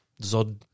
Zod